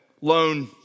Loan